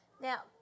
Now